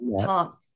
Tom